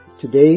Today